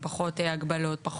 בדרך כלל החוק פוטר את זה בצורה שהוא